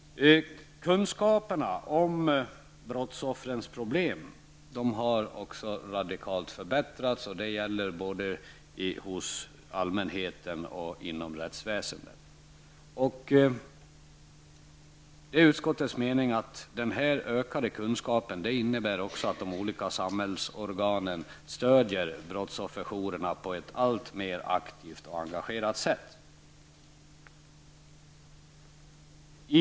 Kunskaperna om brottsoffrens problem har radikalt förbättrats både hos allmänheten och inom rättsväsendet. Det är utskottets mening att den ökade kunskapen också innebär att de olika samhällsorganen stödjer brottsofferjourerna på ett alltmer aktivt och engagerat sätt.